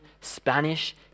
Spanish